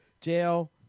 jail